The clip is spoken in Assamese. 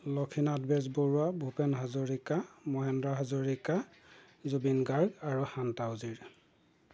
লক্ষীনাথ বেজবৰুৱা ভূপেন হাজৰিকা মহেন্দ্ৰ হাজৰিকা জুবিন গাৰ্গ আৰু শান্তা উজীৰ